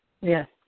Yes